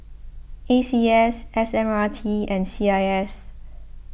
A C S S M R T and C I S